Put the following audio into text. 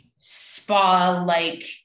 spa-like